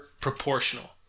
proportional